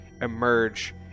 emerge